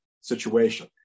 situation